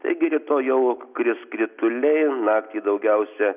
taigi rytoj jau kris krituliai naktį daugiausia